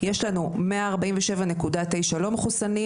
יש לנו 147.9 לא מחוסנים,